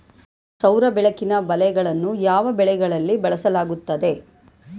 ಸೌರ ಬೆಳಕಿನ ಬಲೆಗಳನ್ನು ಯಾವ ಬೆಳೆಗಳಲ್ಲಿ ಬಳಸಲಾಗುತ್ತದೆ?